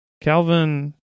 Calvin